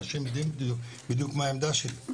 אנשים יודעים בדיוק מה העמדה שלי.